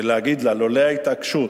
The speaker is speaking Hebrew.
ולהגיד לה: לולא ההתעקשות,